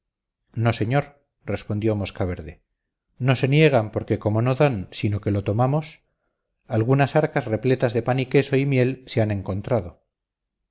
no señor respondió mosca verde no se niegan porque como no dan sino que lo tomamos algunas arcas repletas de pan y queso y miel se han encontrado